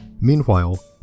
Meanwhile